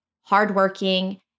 hardworking